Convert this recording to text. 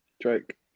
Drake